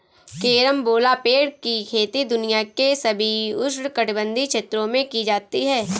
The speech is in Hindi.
कैरम्बोला पेड़ की खेती दुनिया के सभी उष्णकटिबंधीय क्षेत्रों में की जाती है